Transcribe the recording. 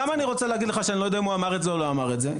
למה אני רוצה להגיד לך שאני לא יודע אם הוא אמר את זה או לא אמר את זה?